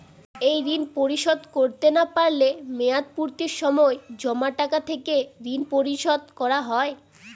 এই ঋণ পরিশোধ করতে না পারলে মেয়াদপূর্তির সময় জমা টাকা থেকে ঋণ পরিশোধ করা হয়?